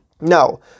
Now